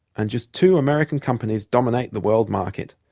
and just two american companies dominate the world market.